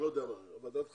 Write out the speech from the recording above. ועדת חריגים,